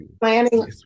planning